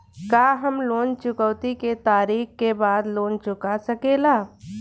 का हम लोन चुकौती के तारीख के बाद लोन चूका सकेला?